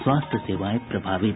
स्वास्थ्य सेवाएं प्रभावित